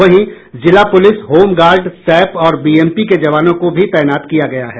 वहीं जिला police home guard SAP और बीएमपी के जवानों को भी तैनात किया गया है